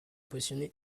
positionnée